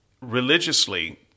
Religiously